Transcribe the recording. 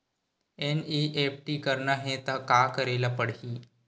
NEFT करना हे त का करे ल पड़हि?